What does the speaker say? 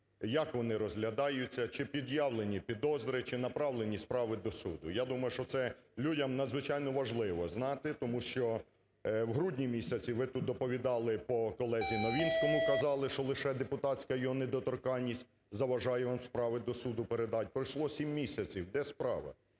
як вони розглядаються, чи пред'явлені підозри, чи направлені справи до суду? Я думаю, що це людям надзвичайно важливо знати, тому що у грудні місяці ви тут доповідали по колезі Новинському, казали, що лише депутатська його недоторканність заважає вам справи до суду передати. Пройшло сім місяців – де справа?